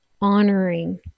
honoring